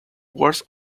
words